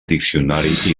diccionari